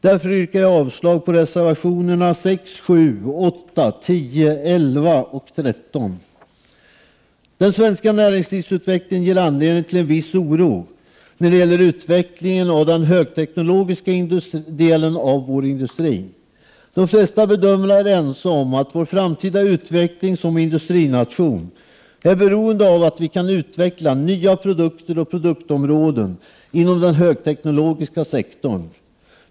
Därför yrkar jag avslag på reservationerna 6, 7, 8, 10, 11 och 13. Den svenska näringslivsutvecklingen ger anledning till en viss oro. När det gäller utvecklingen av den högteknologiska delen av industrin. De flesta bedömare är ense om att vår framtida utveckling som industrination är beroende av att vi kan utveckla nya produkter och produktområden inom den högteknologiska sektorn.